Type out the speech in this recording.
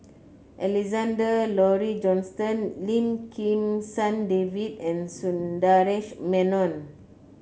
Alexander Laurie Johnston Lim Kim San David and Sundaresh Menon